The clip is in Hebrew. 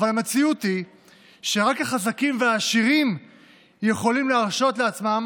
אבל המציאות היא שרק החזקים והעשירים יכולים להרשות לעצמם